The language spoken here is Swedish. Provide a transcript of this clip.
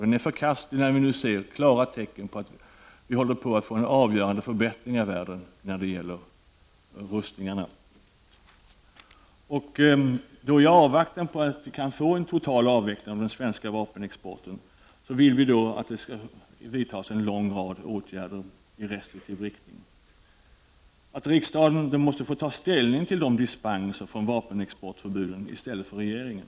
Den är förkastlig när vi nu ser klara tecken på att vi håller på att få avgörande förbättringar i världen när det gäller rustningarna. I avvaktan på att vi kan få en total avveckling av den svenska vapenexporten vill vi att det skall vidtas en lång rad åtgärder i restriktiv riktning. Vi vill att riksdagen skall få ta ställning till dispenser från vapenexportförbuden, i stället för regeringen.